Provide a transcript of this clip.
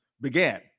began